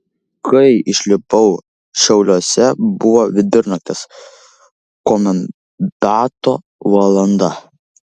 kai išlipau šiauliuose buvo vidurnaktis komendanto valanda